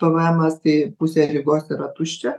pvemas tai pusė rygos yra tuščia